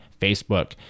Facebook